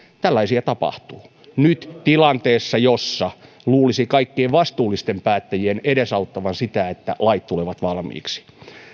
tällaisia tapahtuu nyt tilanteessa jossa luulisi kaikkien vastuullisten päättäjien edesauttavan sitä että lait tulevat valmiiksi